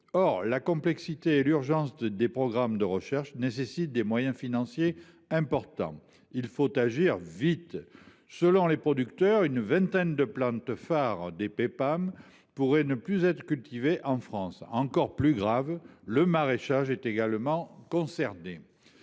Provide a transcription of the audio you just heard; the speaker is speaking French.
de leur caractère urgent et complexe, nécessitent des moyens financiers importants. Il faut agir vite, car, selon les producteurs, une vingtaine de plantes phares des PPAM pourraient ne plus être cultivées en France. Encore plus grave : le maraîchage est également concerné.